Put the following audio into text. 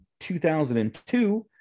2002